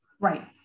Right